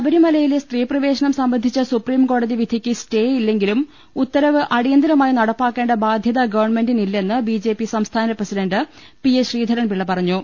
ശബരിമലയിലെ സ്ത്രീ പ്രവേശനം സംബന്ധിച്ചു സുപ്രീംകോ ടതി വിധിക്ക് സ്റ്റേ ഇല്ലെങ്കിലും ഉത്തരവ് അടിയന്തരമായി നടപ്പാ ക്കേണ്ട ബാധ്യത ഗവൺമെന്റിനില്ലെന്ന് ബി ജെ പി സംസ്ഥാന പ്രസിഡണ്ട് പി എസ് ശ്രീധരൻപിള്ള പറഞ്ഞു